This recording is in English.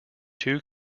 two